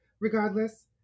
Regardless